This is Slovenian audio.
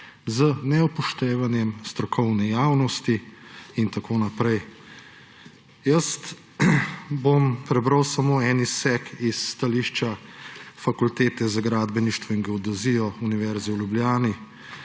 z neupoštevanjem strokovne javnosti in tako naprej. Prebral bom samo en izsek iz stališča Fakultete za gradbeništvo in geodezijo Univerze v Ljubljani.